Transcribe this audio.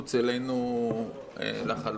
מחוץ אלינו לחלוטין.